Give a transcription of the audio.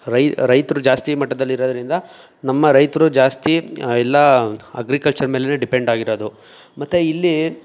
ರೈ ರೈತರು ಜಾಸ್ತಿ ಮಟ್ಟದಲ್ಲಿ ಇರೋದರಿಂದ ನಮ್ಮ ರೈತರು ಜಾಸ್ತಿ ಎಲ್ಲ ಅಗ್ರಿಕಲ್ಚರ್ ಮೇಲೆಯೇ ಡಿಪೆಂಡಾಗಿರೋದು ಮತ್ತೆ ಇಲ್ಲಿ